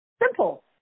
simple